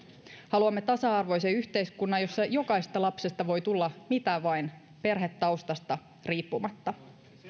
haluamme tasa arvoisen yhteiskunnan jossa jokaisesta lapsesta voi tulla mitä vain perhetaustasta riippumatta